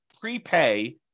prepay